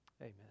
amen